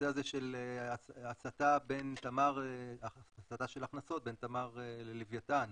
הזה של הסטה של הכנסות בין תמר ללווייתן.